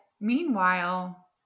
meanwhile